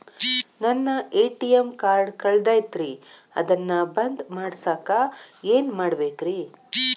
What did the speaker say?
ನನ್ನ ATM card ಕಳದೈತ್ರಿ ಅದನ್ನ ಬಂದ್ ಮಾಡಸಾಕ್ ಏನ್ ಮಾಡ್ಬೇಕ್ರಿ?